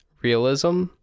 realism